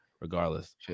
regardless